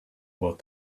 what